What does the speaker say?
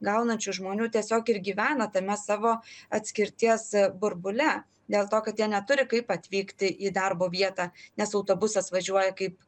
gaunančių žmonių tiesiog ir gyvena tame savo atskirties burbule dėl to kad jie neturi kaip atvykti į darbo vietą nes autobusas važiuoja kaip